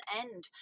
end